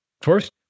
First